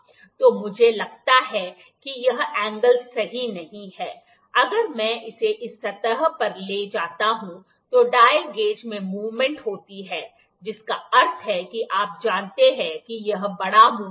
तो मुझे लगता है कि यह एंगल सही नहीं है अगर मैं इसे इस सतह पर ले जाता हूं तो डायल गेज में मूवमेंट होती है जिसका अर्थ है कि आप जानते हैं कि यह बड़ा मूवमेंट है